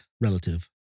relative